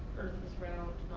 is round,